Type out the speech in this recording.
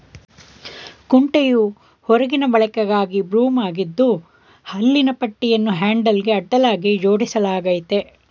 ಕುಂಟೆಯು ಹೊರಗಿನ ಬಳಕೆಗಾಗಿ ಬ್ರೂಮ್ ಆಗಿದ್ದು ಹಲ್ಲಿನ ಪಟ್ಟಿಯನ್ನು ಹ್ಯಾಂಡಲ್ಗೆ ಅಡ್ಡಲಾಗಿ ಜೋಡಿಸಲಾಗಯ್ತೆ